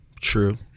True